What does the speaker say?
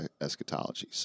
eschatology